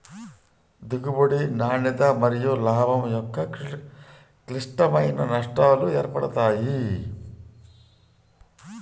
దిగుబడి, నాణ్యత మరియులాభం యొక్క క్లిష్టమైన నష్టాలు ఏర్పడతాయి